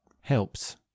helps